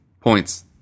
points